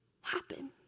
happen